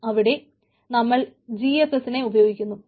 ഇവിടെ നമ്മൾ GFS നെ ഉപയോഗിക്കാൻ പറയുന്നു